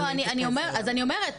לא, אז אני אומרת.